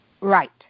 right